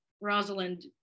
Rosalind